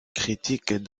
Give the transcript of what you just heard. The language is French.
critique